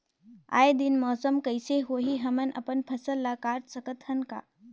आय दिन मौसम कइसे होही, हमन अपन फसल ल काट सकत हन का?